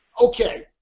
Okay